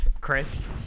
Chris